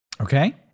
Okay